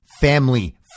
family